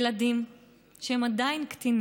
ילדים שהם עדיין קטנים